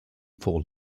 for